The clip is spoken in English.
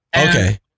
okay